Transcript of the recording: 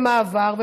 למעבר,